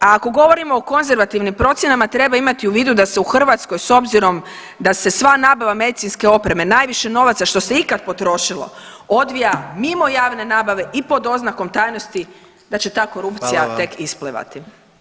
A ako govorimo o konzervativnim procjenama treba imati u vidu da se u Hrvatskoj s obzirom da se sva nabava medicinske opreme najviše novaca što se ikad potrošilo odvija mimo javne nabave i pod oznakom tajnosti da će ta korupcija tek isplivati.